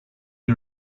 you